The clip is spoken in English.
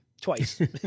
twice